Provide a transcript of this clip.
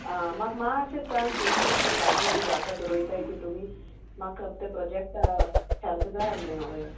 आ म्हाका मातशें सांग केस कसली भाजी बी जाता रोयताय ती तुमी म्हाका ते प्रोजेक्ट हॅल्प जाय आल्हें वय